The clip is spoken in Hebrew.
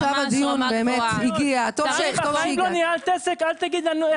בחיים לא ניהלת עסק, אל תגידי לנו איך להתנהל.